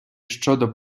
щодо